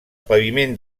paviment